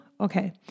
Okay